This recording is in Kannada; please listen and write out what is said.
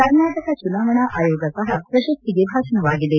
ಕರ್ನಾಟಕ ಚುನಾವಣಾ ಅಯೋಗ ಸಹ ಪ್ರಶಸ್ತಿಗೆ ಭಾಜನವಾಗಿದೆ